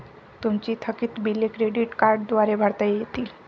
तुमची थकीत बिले क्रेडिट कार्डद्वारे भरता येतील